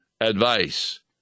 advice